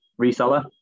reseller